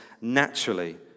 naturally